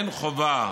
אין חובה